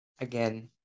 Again